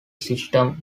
system